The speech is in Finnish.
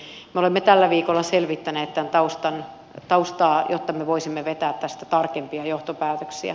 me olemme tällä viikolla selvittäneet tämän taustaa jotta me voisimme vetää tästä tarkempia johtopäätöksiä